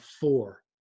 four